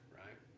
right